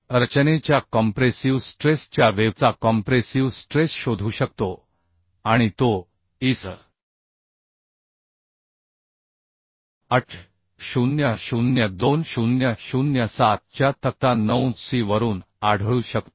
रचनेच्या compressive stress च्या wave चा कॉम्प्रेसिव स्ट्रेस शोधू शकतो आणि तो IS 800 2007 च्या तक्ता 9 सी वरून आढळू शकतो